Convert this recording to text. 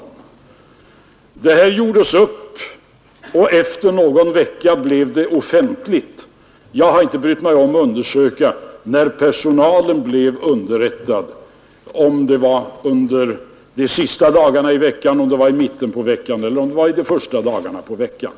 I det aktuella fallet blev det en uppgörelse, som efter någon vecka blev offentlig. Jag har inte gjort mig mödan att undersöka när personalen blev underrättad: under de senaste dagarna i veckan, i mitten på veckan eller under de första dagarna av veckan.